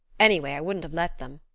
any way, i wouldn't have let them.